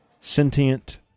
sentient